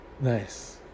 Nice